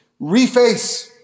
reface